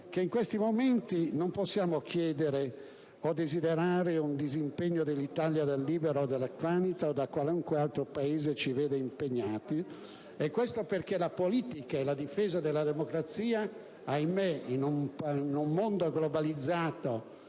che in questi momenti non possiamo chiedere o desiderare un disimpegno dell'Italia dal Libano o dall'Afghanistan o da qualunque altro Paese ci veda impegnati, e questo perché la politica e la difesa della democrazia, ahimè, in un mondo globalizzato,